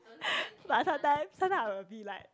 but sometime sometime I will be like